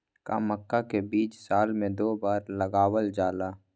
का मक्का के बीज साल में दो बार लगावल जला?